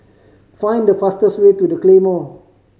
find the fastest way to The Claymore